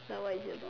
so what's is it about